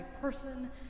person